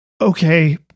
okay